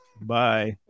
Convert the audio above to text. Bye